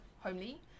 homely